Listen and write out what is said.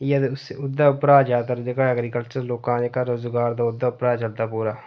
इ'यै ते उस ओह्दे उप्परा जादैतर जेह्ड़ा एग्रीकल्चर लोकें दा जेह्का रोजगार ते ओह्दे उप्परा गै चलदा पूरा